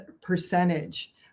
percentage